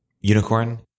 unicorn